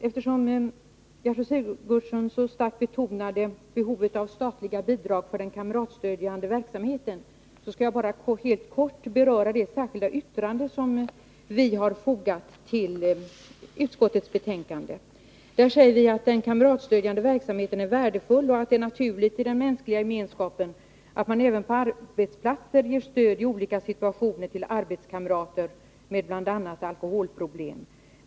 Eftersom Gertrud Sigurdsen så starkt betonade behovet av statliga bidrag för den kamratstödjande verksamheten skall jag bara helt kort beröra det särskilda yttrande som vi har fogat till utskottets betänkande. Där säger vi: ”Den kamratstödjande verksamheten är värdefull. Det är naturligt i den mänskliga gemenskapen att även på arbetsplatsen ge stöd i olika situationer till arbetskamrater med bl.a. alkoholproblem.